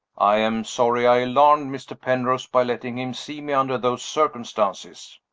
i am sorry i alarmed mr. penrose by letting him see me under those circumstances.